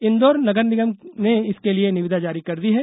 इंदौर नगर निगम ने इसके लिए निविदा जारी कर दी है